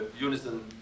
unison